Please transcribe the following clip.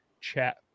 chat